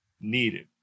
needed